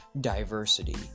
diversity